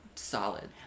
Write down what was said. Solid